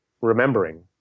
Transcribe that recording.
remembering